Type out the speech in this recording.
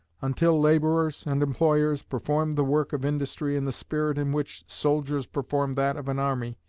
until labourers and employers perform the work of industry in the spirit in which soldiers perform that of an army,